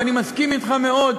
ואני מסכים אתך מאוד,